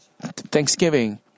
thanksgiving